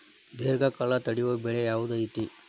ದೇರ್ಘಕಾಲ ತಡಿಯೋ ಬೆಳೆ ಯಾವ್ದು ಐತಿ?